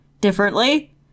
differently